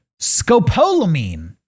scopolamine